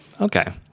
Okay